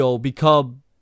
become